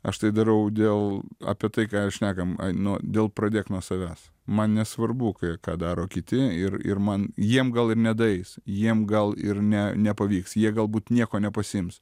aš tai darau dėl apie tai ką ir šnekam nuo dėl pradėk nuo savęs man nesvarbu ka ką daro kiti ir ir man jiem gal ir nedaeis jiem gal ir ne nepavyks jie galbūt nieko nepasiims